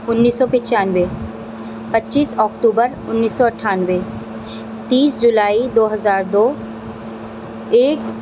انیس سو پچانوے پچیس اکٹوبر انیس سو اٹھانوے تیس جولائی دو ہزار دو ایک